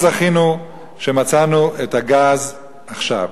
זכינו שמצאנו את הגז עכשיו.